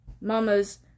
mama's